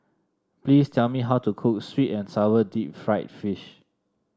please tell me how to cook sweet and sour Deep Fried Fish